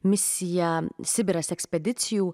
misija sibiras ekspedicijų